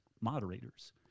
moderators